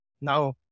Now